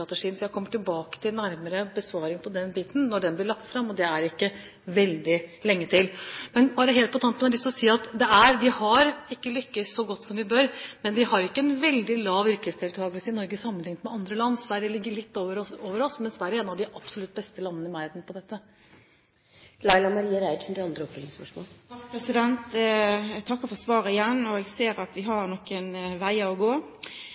blir lagt fram, og det er ikke veldig lenge til. Bare helt på tampen har jeg lyst til å si at vi ikke har lyktes så godt som vi burde, men vi har ikke en veldig lav yrkesdeltakelse i Norge sammenliknet med andre land. Sverige ligger litt over oss, men Sverige er et av de beste landene i verden på dette. Eg takkar igjen for svaret. Eg ser at vi har ein veg å gå. Ein veit at det i mange samanhengar er viktig med brukarerfaring for å få til gode løysingar og tenester. Når det gjeld funksjonshemma, er det kanskje endå viktigare enn for andre når ein prøver å